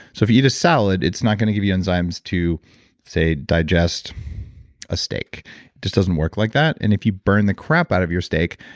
so if you eat a salad, it's not going to give you enzymes to say digest a steak, it just doesn't work like that. and if you burn the crap out of your steak,